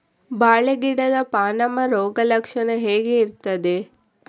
ಬಾಳೆ ಗಿಡದ ಪಾನಮ ರೋಗ ಲಕ್ಷಣ ಹೇಗೆ ಇರ್ತದೆ?